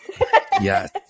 Yes